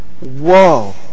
Whoa